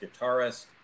guitarist